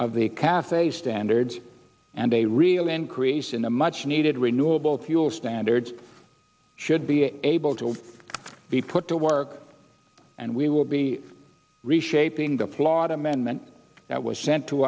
of the cafe standards and a real increase in the much needed renewable fuel standards should be able to be put to work and we will be reshaping the flawed amendment that was sent to